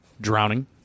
drowning